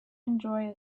enjoy